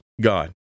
God